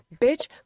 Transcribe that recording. bitch